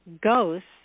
ghosts